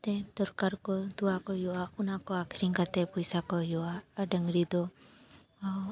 ᱛᱮ ᱫᱚᱨᱠᱟᱨ ᱠᱚ ᱛᱳᱣᱟ ᱠᱚ ᱦᱩᱭᱩᱜᱼᱟ ᱚᱱᱟ ᱠᱚ ᱟᱹᱠᱷᱟᱨᱤᱧ ᱠᱟᱛᱮ ᱯᱚᱭᱥᱟ ᱠᱚ ᱦᱩᱭᱩᱜᱼᱟ ᱟᱨ ᱰᱟᱝᱨᱤ ᱫᱚ